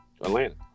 Atlanta